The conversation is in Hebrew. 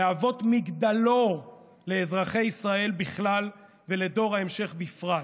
להוות מגדלור לאזרחי ישראל בכלל ולדור ההמשך בפרט,